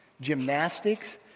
gymnastics